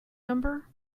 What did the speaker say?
number